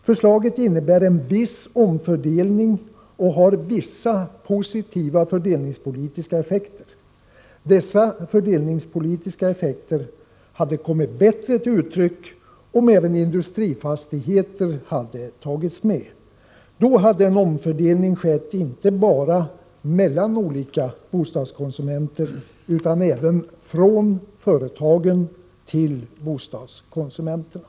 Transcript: Förslaget innebär en viss omfördelning och har vissa positiva fördelningspolitiska effekter. Dessa fördelningspolitiska effekter hade kommit bättre till uttryck om även industrifastigheter hade tagits med. Då hade en omfördelning skett inte bara mellan olika bostadskonsumenter utan även från företagen till bostadskonsumenterna.